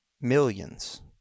Millions